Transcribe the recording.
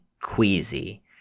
queasy